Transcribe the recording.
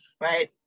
right